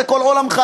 זה כל עולמך,